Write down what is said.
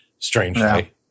Strangely